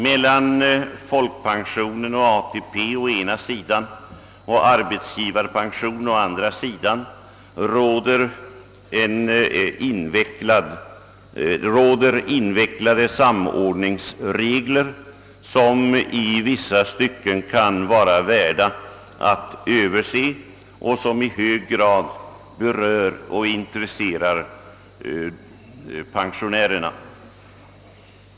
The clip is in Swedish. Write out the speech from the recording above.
Mellan folkpension och ATP å ena sidan och arbetsgivarpension å andra sidan råder invecklade samordningsregler, som i vissa stycken kan behöva överses och som i hög grad berör och intresserar pensionärerna.